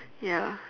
ya